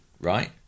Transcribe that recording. right